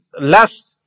last